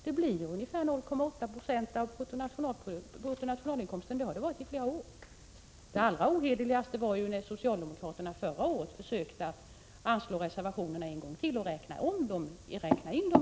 Det blir ungefär 0,8 20 av bruttonationalinkomsten. Så har det varit i flera år. Det allra ohederligaste var när socialdemokraterna förra året försökte anslå reservationerna en gång till och räkna in dem i enprocentsmålet.